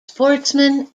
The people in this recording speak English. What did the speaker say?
sportsmen